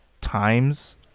Times